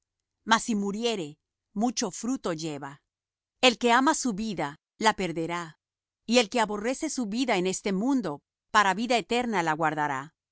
mas si muriere mucho fruto lleva el que ama su vida la perderá y el que aborrece su vida en este mundo para vida eterna la guardará